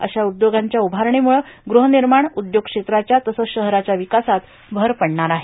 अशा उपोगांच्या उभारणीमुळं गृहनिर्माण उद्योग क्षेत्राच्या तसंच शहराच्या विकासात भर पडणार आहे